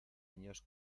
años